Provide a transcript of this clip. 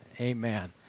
Amen